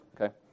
okay